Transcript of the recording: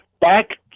back